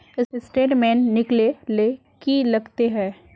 Statement निकले ले की लगते है?